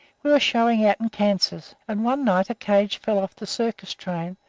we were showing out in kansas, and one night a cage fell off the circus train,